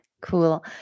Cool